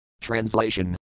Translation